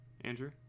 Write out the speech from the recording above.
andrew